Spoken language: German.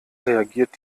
reagiert